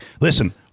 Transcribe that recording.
Listen